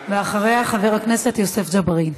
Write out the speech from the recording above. ואחריה, חבר הכנסת יוסף ג'בארין.